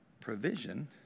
provision